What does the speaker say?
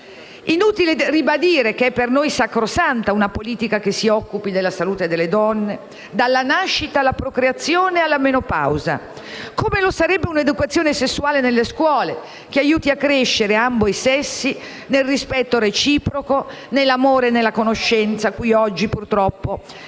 Inutile ribadire che è per noi sacrosanta una politica che si occupi della salute delle donne, dalla nascita alla procreazione fino alla menopausa, come lo sarebbe una educazione sessuale nelle scuole, che aiuti a crescere ambo i sessi nel rispetto reciproco, nell'amore e nella conoscenza, cui oggi purtroppo gli